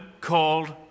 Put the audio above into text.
called